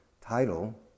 title